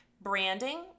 branding